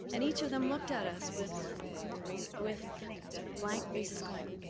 and each of them looked at us with with sort of blank faces going,